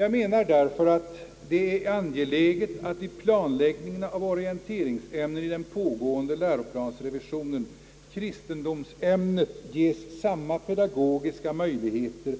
Jag menar därför att det är angeläget att vid planläggningen av orienteringsämnen i den pågående läroplansrevisionen kristendomsämnet ges samma pedagogiska möjligheter